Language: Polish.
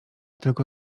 tylko